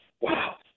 wow